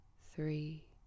three